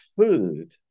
food